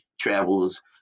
travels